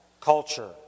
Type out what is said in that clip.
culture